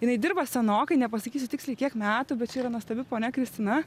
jinai dirba senokai nepasakysiu tiksliai kiek metų bet čia yra nuostabi ponia kristina